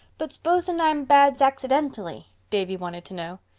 but s'posen i'm bad zacksidentally? davy wanted to know.